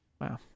Wow